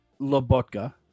Lobotka